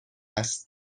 است